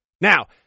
Now